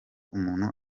umuntu